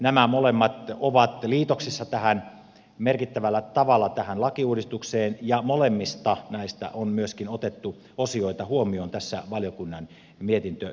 nämä molemmat ovat liitoksissa merkittävällä tavalla tähän lakiuudistukseen ja molemmista näistä on myöskin otettu osioita huomioon tässä valiokunnan mietintötekstissä